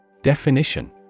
Definition